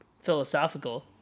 philosophical